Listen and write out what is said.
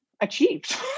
achieved